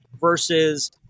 versus